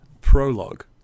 prologue